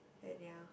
then ya